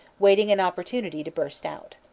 waiting an opportunity to burst out.